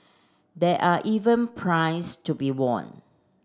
there are even prize to be won